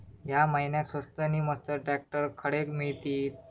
या महिन्याक स्वस्त नी मस्त ट्रॅक्टर खडे मिळतीत?